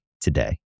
today